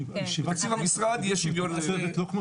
תקציב המשרד יש שיווין.